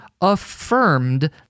affirmed